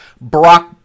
Brock